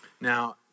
Now